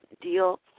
deal